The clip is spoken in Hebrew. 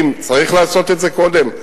האם צריך לעשות את זה קודם?